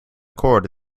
cord